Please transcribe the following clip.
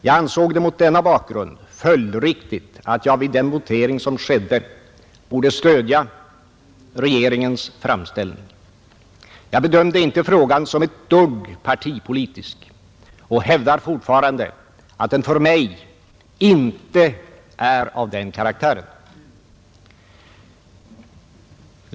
Jag ansåg det mot denna bakgrund följdriktigt att jag vid den votering som skedde borde stödja regeringens framställning. Jag bedömde inte frågan som ett dugg partipolitisk, och jag hävdar fortfarande att den för mig inte är av den karaktären.